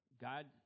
God